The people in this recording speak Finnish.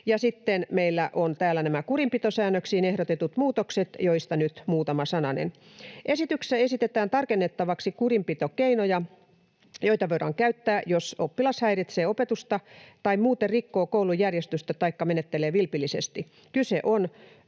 sitten meillä on täällä nämä kurinpitosäännöksiin ehdotetut muutokset, joista nyt muutama sananen. Esityksessä esitetään tarkennettavaksi kurinpitokeinoja, joita voidaan käyttää, jos oppilas häiritsee opetusta tai muuten rikkoo koulun järjestystä taikka menettelee vilpillisesti. Kyse on